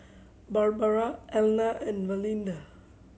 Barbara Elna and Valinda